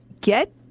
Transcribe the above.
get